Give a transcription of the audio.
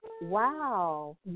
wow